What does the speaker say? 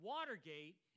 Watergate